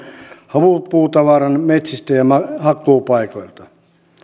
havupuutavaran metsistä ja hakkuupaikoilta